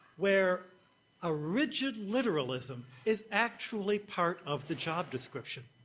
where a rigid literalism is actually part of the job description.